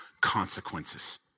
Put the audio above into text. consequences